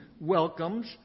welcomes